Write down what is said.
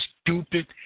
stupid